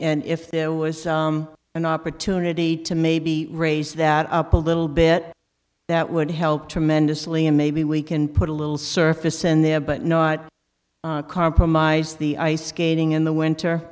and if there was an opportunity to maybe raise that up a little bit that would help tremendously and maybe we can put a little surface in there but not compromise the ice skating in the winter